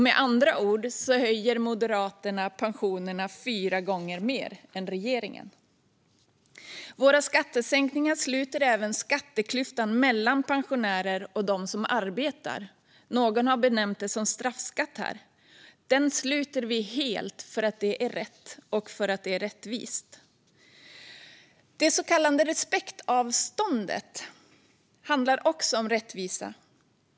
Med andra ord höjer Moderaterna pensionerna fyra gånger mer än regeringen. Våra skattesänkningar sluter även skatteklyftan mellan pensionärer och dem som arbetar, det som någon här benämnde som straffskatt. Den sluter vi helt därför att det är rätt och därför att det är rättvist. Det så kallade respektavståndet handlar också om rättvisa.